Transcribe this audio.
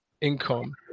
income